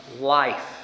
life